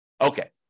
Okay